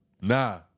Nah